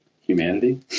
Humanity